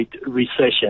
recession